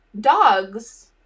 dogs